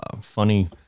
funny